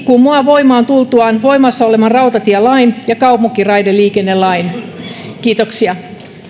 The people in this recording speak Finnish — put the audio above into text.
kumoaa voimaan tultuaan voimassa olevan rautatielain ja kaupunkiraideliikennelain kiitoksia